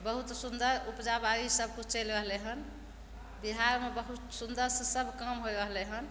बहुत सुन्दर उपजा बाड़ी सब कुछ चलि रहलइ हन बिहारमे बहुत सुन्दरसँ सब काम होइ रहलइ हन